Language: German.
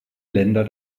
länder